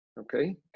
okay